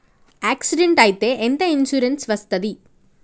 Accident అయితే ఎంత insurance వస్తది?